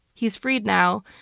he's freed now.